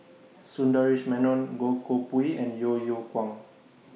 Sundaresh Menon Goh Koh Pui and Yeo Yeow Kwang